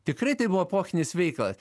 tikrai tai buvo epochinis veikalas